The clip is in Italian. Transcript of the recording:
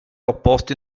opposti